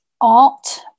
art